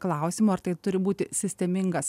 klausimų ar tai turi būti sistemingas